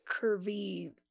curvy